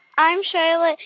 i'm charlotte.